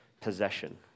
possession